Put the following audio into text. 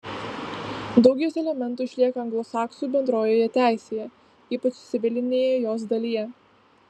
daug jos elementų išlieka anglosaksų bendrojoje teisėje ypač civilinėje jos dalyje